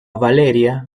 valeria